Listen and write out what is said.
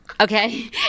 Okay